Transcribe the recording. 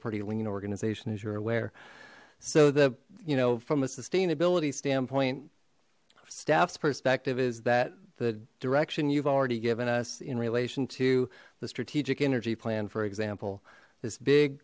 pretty lean organization as you're aware so the you know from a sustainability standpoint staffs perspective is that the direction you've already given us in relation to the strategic energy plan for example this big